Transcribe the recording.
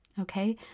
Okay